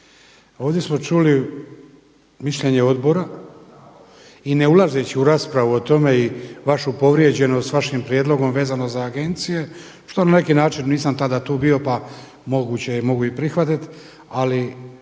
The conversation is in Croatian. Ovdje smo čuli mišljenje odbora i ne ulazeći u raspravu o tome i vašu povrijeđenost s vašim prijedlogom vezano za agencije što na neki način nisam tada tu bio pa moguće je mogu i prihvatiti. Ali